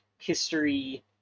history